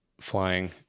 flying